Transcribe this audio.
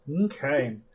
Okay